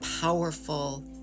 powerful